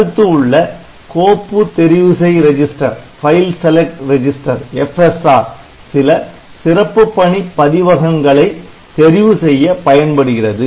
அடுத்து உள்ள கோப்பு தெரிவு செய் ரிஜிஸ்டர் சில சிறப்பு பணி பதிவகங்களை தெரிவுசெய்ய பயன்படுகிறது